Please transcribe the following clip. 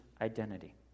identity